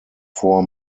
four